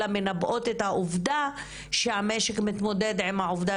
אלא מנבאות את העובדה שהמשק מתמודד עם העובדה